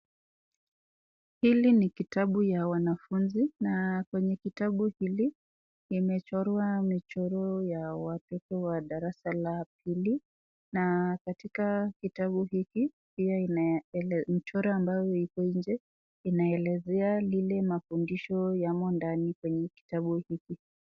Hili ni kitabu ya wanafuzi na kwenye kitabu hili imechorwa michoro ya watoto wa darasa la pili na pia katika kitabu hiki pia michoro ambayo iko nje inaelezea lile mafundisho yamo ndani kwenye kitabu hiki.